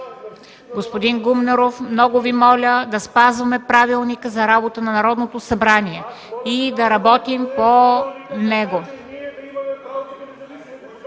Господин Гумнеров, много Ви моля да спазваме Правилника за работа на Народното събрание и да работим по него.